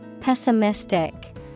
Pessimistic